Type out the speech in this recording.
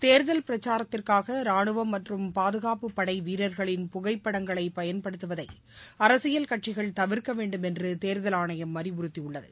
தேர்தல் பிரச்சாரத்திற்காக ராணுவம் மற்றும் பாதுகாப்புப் படை வீரர்களின் புகைப்படங்களை பயன்படுத்துவதை அரசியல் கட்சிகள் தவிர்க்க வேண்டும் என்று தேர்தல் ஆணையம் அறிவுறுத்தியுள்ளது